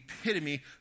epitome